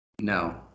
No